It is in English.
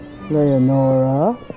Leonora